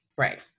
Right